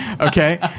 okay